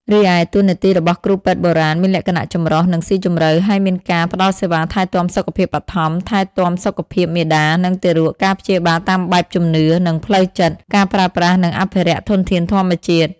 រីឯ តួនាទីរបស់គ្រូពេទ្យបុរាណ មានលក្ខណៈចម្រុះ និងស៊ីជម្រៅ ហើយមានការ ផ្ដល់សេវាថែទាំសុខភាពបឋម ថែទាំសុខភាពមាតា និងទារក ការព្យាបាលតាមបែបជំនឿ និងផ្លូវចិត្ត ការប្រើប្រាស់ និងអភិរក្សធនធានធម្មជាតិ។